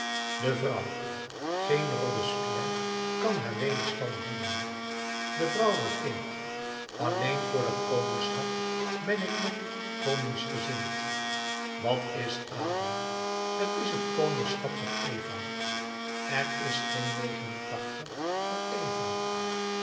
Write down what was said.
de vrouw geen robespierre kan haar wederstand bieden de vrouw regeert alleen voor dat koningschap ben ik nog koningsgezind wat is adam t is het koningschap van eva er is geen voor eva